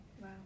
Wow